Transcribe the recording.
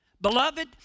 Beloved